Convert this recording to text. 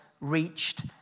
reached